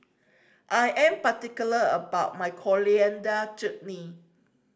I am particular about my Coriander Chutney